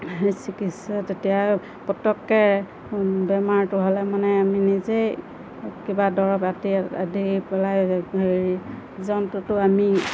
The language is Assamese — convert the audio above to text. চিকিৎসা তেতিয়া পটককৈ বেমাৰটো হ'লে মানে আমি নিজেই কিবা দৰৱ আঁতি আদি পেলাই হেৰি জন্তুটো আমি